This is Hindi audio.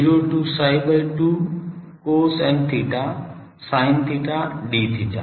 0 to psi by 2 cos n theta sin theta d theta